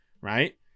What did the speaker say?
right